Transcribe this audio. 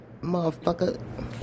motherfucker